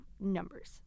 numbers